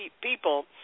people